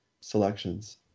selections